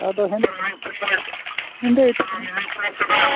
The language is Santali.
ᱟᱫᱚ ᱦᱮᱸᱫᱮ ᱦᱮᱸᱫᱮ ᱤᱴᱟᱹ ᱠᱚᱦᱚ